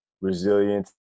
resilience